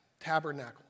tabernacle